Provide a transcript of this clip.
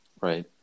Right